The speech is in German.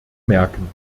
merken